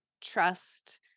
trust